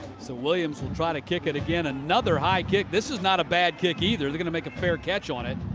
so williams will try to kick it again. another high kick. this is not a bad kick, either. they're going to make a fair catch on it.